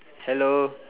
hello